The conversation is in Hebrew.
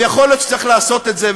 ויכול להיות שצריך לעשות את זה,